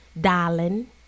darling